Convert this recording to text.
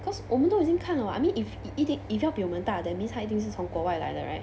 cause 我们都已经看了 [what] I mean if 一定 if 一定要比我们大 that means 他一定是从国外来的 right